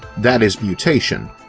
that is mutation.